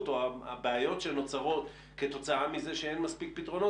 או הבעיות שנוצרות כתוצאה מזה שאין מספיק פתרונות,